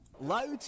Loud